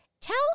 tell